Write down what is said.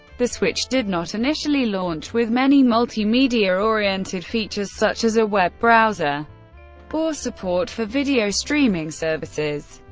the switch did not initially launch with many multimedia-oriented features, such as a web browser or support for video streaming services.